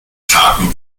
kargen